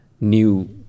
new